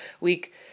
week